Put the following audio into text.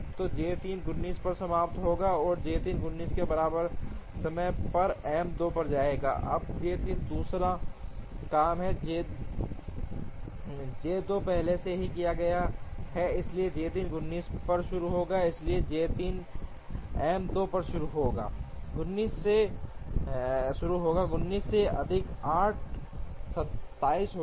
तो J 3 19 पर समाप्त होगा और J 3 19 के बराबर समय पर M 2 पर आएगा अब J 3 दूसरा काम है J 2 पहले से ही किया गया है इसलिए J 3 19 पर शुरू होगा इसलिए J 3 M 2 पर शुरू होगा 19 से अधिक 8 27 होगा